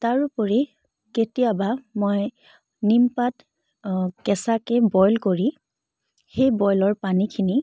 তাৰোপৰি কেতিয়াবা মই নিমপাত কেঁচাকৈ বইল কৰি সেই বইলৰ পানীখিনি